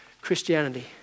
Christianity